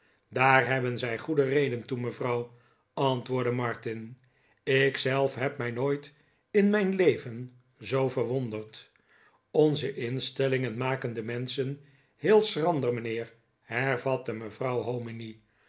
daar hebben zij goede reden toe mevrouw antwoordde martin ik zelf heb mij nooit in mijn leven zoo verwonderd r onze instellingen maken de menschen heel schrander mijnheer hervatte mevrouw